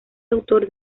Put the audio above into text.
autor